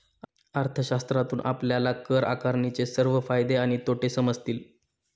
अर्थशास्त्रातून आपल्याला कर आकारणीचे सर्व फायदे आणि तोटे समजतील